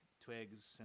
twigs